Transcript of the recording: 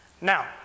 Now